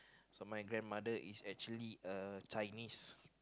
so my grandmother is actually a Chinese